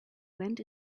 went